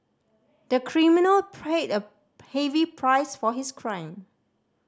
the criminal paid a heavy price for his crime